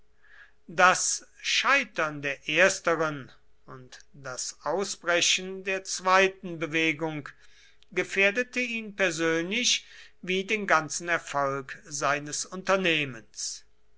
das scheitern der ersteren und das ausbrechen der zweiten bewegung gefährdete ihn persönlich wie den ganzen erfolg seines unternehmens